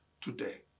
today